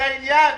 זה העניין,